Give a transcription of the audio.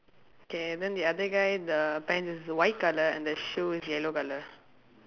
K then the other guy the pants is white colour and the shoe is yellow colour